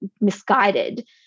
misguided